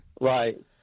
Right